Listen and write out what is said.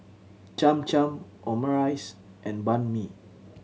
Cham Cham Omurice and Banh Mi